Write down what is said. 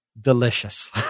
Delicious